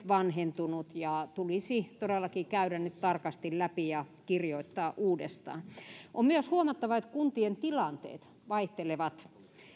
vanhentunut ja tulisi todellakin käydä nyt tarkasti läpi ja kirjoittaa uudestaan on myös huomattava että kuntien tilanteet vaihtelevat